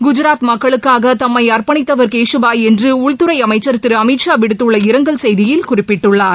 குஜராத் மக்களுக்காக தம்மைஅர்ப்பணித்தவர் கேஷ் பாய் என்றுஉள்துறைஅமைச்சர் திருஅமித்ஷா விடுத்துள்ள இரங்கல் செய்தியில் குறிப்பிட்டுள்ளார்